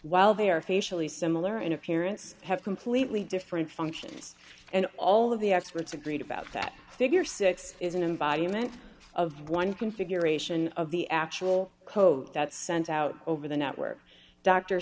while they are facially similar in appearance have completely different functions and all of the experts agreed about that figure six is an environment of one configuration of the actual code that sent out over the network d